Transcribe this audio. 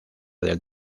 del